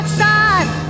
side